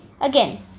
Again